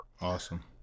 Awesome